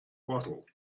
bottle